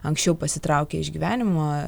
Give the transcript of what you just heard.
anksčiau pasitraukė iš gyvenimo